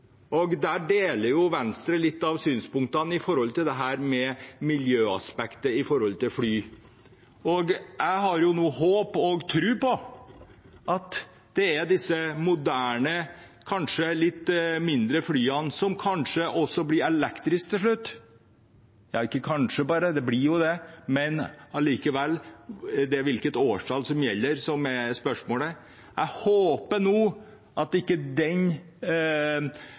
Venstre deler noen av synspunktene når det gjelder miljøaspektet ved fly. Jeg har håp om og tro på de moderne, kanskje litt mindre, flyene som kanskje også blir elektriske til slutt – ja, ikke bare kanskje, de blir jo det – men allikevel, det er hvilket årstall som gjelder, som er spørsmålet. Jeg håper nå at ikke